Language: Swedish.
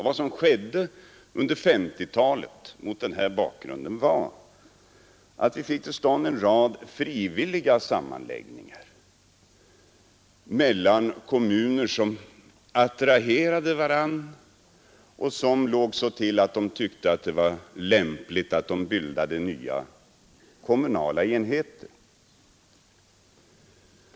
Vad som skedde under 1950-talet mot den här Torsdagen den bakgrunden var att vi fick till stånd en rad frivilliga sammanläggningar 22 mars 1973 mellan kommuner som attraherade varandra och som låg så till att de tyckte det var lämpligt att de bildade nya kommunala enheter.